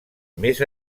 més